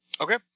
Okay